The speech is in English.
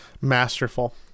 Masterful